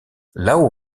lao